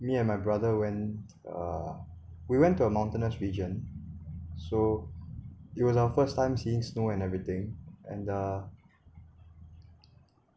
me and my brother went uh we went to a mountainous region so it was our first time seeing snow and everything and uh